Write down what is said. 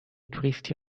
turisti